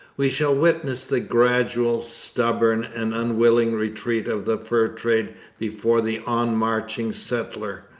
we shall witness the gradual, stubborn, and unwilling retreat of the fur trade before the onmarching settler,